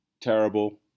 Terrible